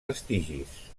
vestigis